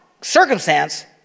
circumstance